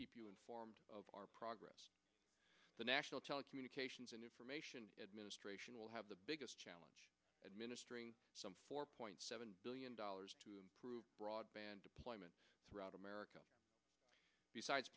keep you informed of our progress the national telecommunications and information administration will have the biggest challenge administering some four point seven billion dollars to broadband deployment throughout america besides